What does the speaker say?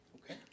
Okay